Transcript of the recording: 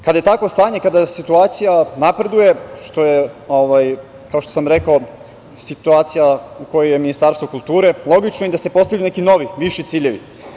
Kada je takvo stanje, kada situacija napreduje, kao što sam rekao, situacija u kojoj je Ministarstvo kulture, logično je da se postavljaju neki novi, viši ciljevi.